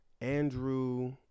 Andrew